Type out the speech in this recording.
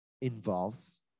involves